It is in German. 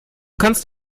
kannst